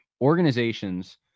organizations